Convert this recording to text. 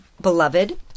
Beloved